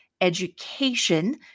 education